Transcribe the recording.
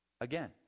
Again